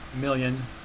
million